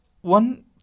One